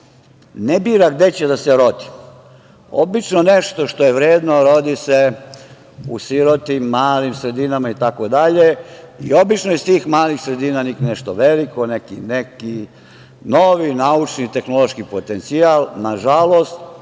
ne bira gde će da se rodi. Obično se nešto što je vredno rodi u sirotim, malim sredinama i obično iz tih malih sredina nikne nešto veliko, neki novi naučni i tehnološki potencijal. Nažalost,